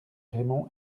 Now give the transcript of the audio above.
raymond